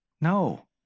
No